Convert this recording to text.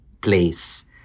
place